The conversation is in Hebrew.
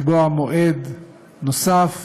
לקבוע מועד נוסף